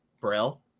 Braille